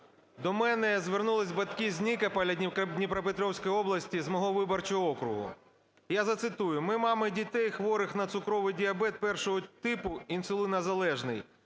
До мене звернулись батьки з Нікополя Дніпропетровської області з мого виборчого округу. Язацитую: "Ми, мами дітей, хворих на цукровий І типу (інсулінозалежний),